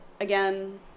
Again